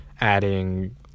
adding